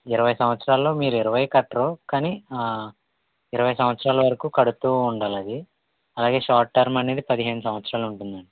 ఇరవై సంవత్సరాలలో మీరు ఇరవై కట్టరు ఆ ఇరవై సంవత్సరాల వరకు కడుతూ ఉండాలి అది అలాగే షార్ట్ టర్మ్ అనేది పదిహేను సంవత్సరాలు ఉంటుందండీ